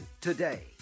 today